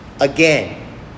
Again